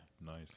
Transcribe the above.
nice